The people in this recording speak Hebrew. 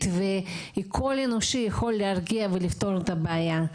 וקול אנושי יכול להרגיע ולפתור את הבעיה.